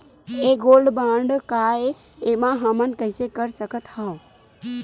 ये gold bond काय ए एमा हमन कइसे कर सकत हव?